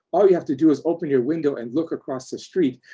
all you have to do is open your window and look across the street.